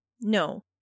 No